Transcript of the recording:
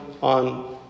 on